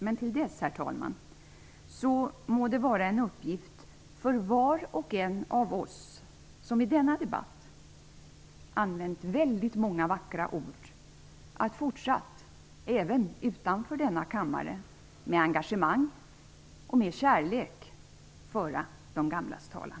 Men till dess, herr talman, må det vara en uppgift för var och en av oss som i denna debatt använt väldigt många vackra ord att i fortsättningen även utanför denna kammare med engagemang och kärlek föra de gamlas talan.